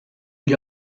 gli